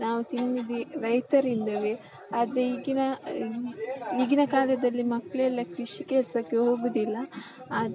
ನಾವು ತಿನ್ನುವುದು ರೈತರಿಂದಲೇ ಆದರೆ ಈಗಿನ ಈಗಿನ ಕಾಲದಲ್ಲಿ ಮಕ್ಕಳೆಲ್ಲ ಕೃಷಿ ಕೆಲಸಕ್ಕೆ ಹೋಗುವುದಿಲ್ಲ ಅದು